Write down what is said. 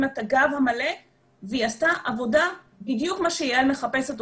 לה את הגב המלא והיא עשתה עבודה בדיוק כמו שיעל מחפשת,